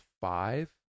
five